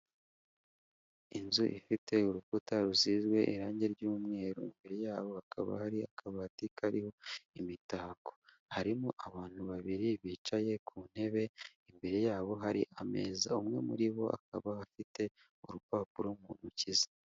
Inzu ifite urukuta rusizwe irangi ry'umweru, imbere yabo hakaba hari akabati kariho imitako, harimo abantu babiri bicaye ku ntebe, imbere yabo hari ameza, umwe muri bo akaba afite urupapuro mu ntoki ze.